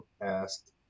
asked